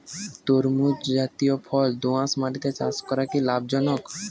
তরমুজ জাতিয় ফল দোঁয়াশ মাটিতে চাষ করা কি লাভজনক?